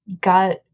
got